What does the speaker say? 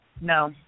No